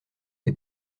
des